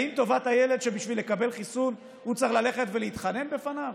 האם טובת הילד היא שבשביל לקבל חיסון הוא צריך ללכת ולהתחנן לפניו?